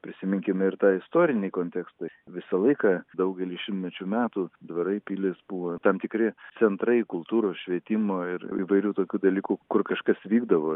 prisiminkime ir tą istorinį kontekstą visą laiką daugelį šimtmečių metų dvarai pilys buvo tam tikri centrai kultūros švietimo ir įvairių tokių dalykų kur kažkas vykdavo